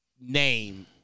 name